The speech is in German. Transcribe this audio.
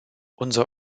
unser